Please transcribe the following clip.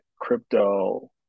crypto